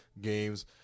games